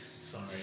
Sorry